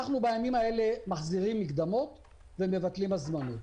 בימים האלה אנחנו מחזירים מקדמות ומבטלים הזמנות.